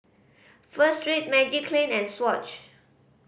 Pho Street Magiclean and Swatch